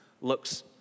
looks